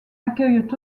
accueillent